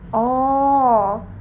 oh